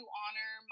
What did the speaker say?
honor